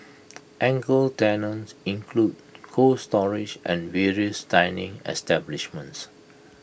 anchor tenants include cold storage and various dining establishments